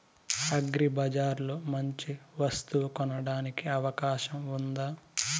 అగ్రిబజార్ లో మంచి వస్తువు కొనడానికి అవకాశం వుందా?